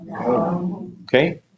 Okay